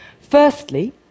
Firstly